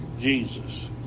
Jesus